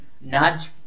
nudge